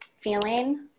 feeling